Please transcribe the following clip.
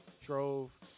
drove